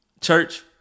Church